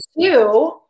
two